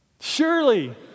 Surely